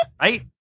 Right